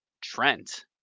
Trent